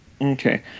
Okay